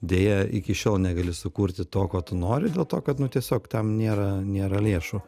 deja iki šiol negali sukurti to ko tu nori dėl to kad nu tiesiog tam nėra nėra lėšų